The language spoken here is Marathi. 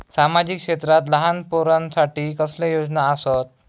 सामाजिक क्षेत्रांत लहान पोरानसाठी कसले योजना आसत?